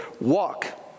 walk